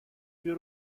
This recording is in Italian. più